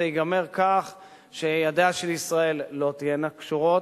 ייגמר כך שידיה של ישראל לא תהיינה קשורות,